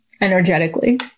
energetically